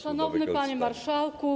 Szanowny Panie Marszałku!